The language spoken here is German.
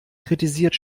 kritisiert